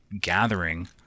gathering